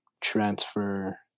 transfer